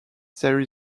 there